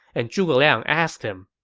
and zhuge liang asked him,